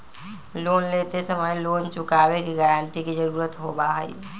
loan लेते समय loan चुकावे के गारंटी के जरुरत होबा हई